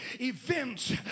Events